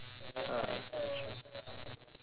ah that's true